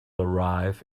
arrive